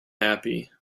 happy